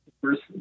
first